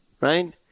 Right